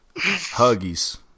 Huggies